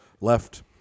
left